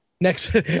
next